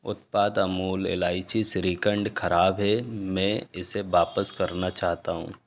उत्पाद अमूल इलाईची श्रीखंड ख़राब है में इसे वापस करना चाहता हूँ